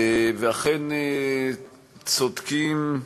ואכן, צודקים,